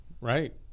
Right